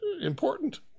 important